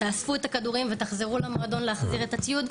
תאספו את הכדורים ותחזרו למועדון להחזיר את הציוד?